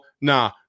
Nah